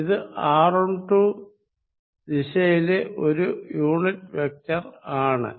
ഇത് r12 ദിശയിലെ ഒരു യൂണിറ്റ് വെക്ടർ ആണ്